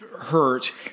Hurt